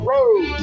Road